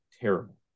terrible